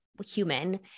human